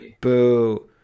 Boo